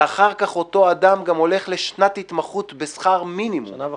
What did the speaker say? ואחר כך אותו אדם גם הולך לשנת התמחות בשכר מינימום --- שנה וחצי.